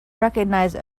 recognize